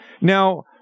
Now